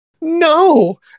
no